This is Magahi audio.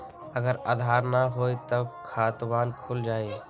अगर आधार न होई त खातवन खुल जाई?